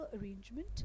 arrangement